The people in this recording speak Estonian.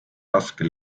raske